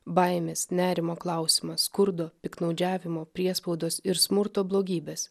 baimės nerimo klausimas skurdo piktnaudžiavimo priespaudos ir smurto blogybes